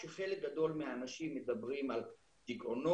כאשר חלק גדול מהאנשים מדברים על דיכאונות,